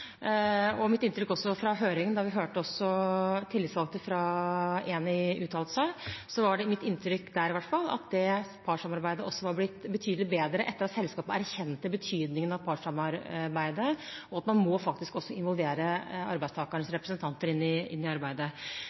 det mitt inntrykk, i hvert fall der, at partssamarbeidet var blitt betydelig bedre etter at selskapet erkjente betydningen av partssamarbeidet, og at man faktisk må involvere arbeidstakernes representanter inn i arbeidet. Alle selskaper som opererer på norsk sokkel, skal følge norsk lov, og partssamarbeid er en del av norsk lov og regelverk. Jeg forutsetter at alle selskapene setter seg inn i